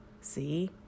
see